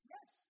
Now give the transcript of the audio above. Yes